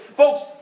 folks